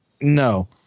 No